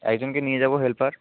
একজনকে নিয়ে যাবো হেল্পার